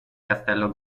castello